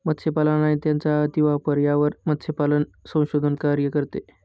मत्स्यपालन आणि त्यांचा अतिवापर यावर मत्स्यपालन संशोधन कार्य करते